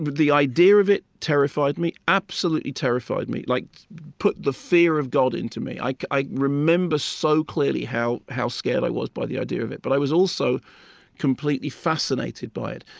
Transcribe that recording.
but the idea of it terrified me absolutely terrified me, like put the fear of god into me. i like i remember so clearly how how scared i was by the idea of it. but i was also completely fascinated by it.